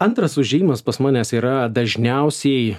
antras užėjimas pas manęs yra dažniausiai